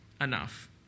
enough